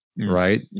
Right